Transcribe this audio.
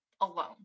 alone